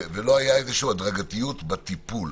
ולא הייתה איזושהי הדרגתיות בטיפול.